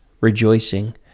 rejoicing